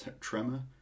tremor